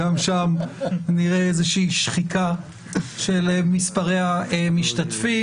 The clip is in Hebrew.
גם שם נראה איזה שחיקה של מספרי המשתתפים.